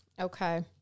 okay